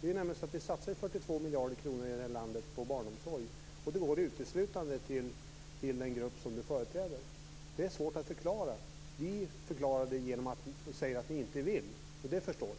Det satsas ju 42 miljarder kronor i landet på barnomsorg. De går uteslutande till den grupp Torgny Danielsson företräder. Det är svårt att förklara. Vi förklarar det genom att säga att ni inte vill. Det förstår de.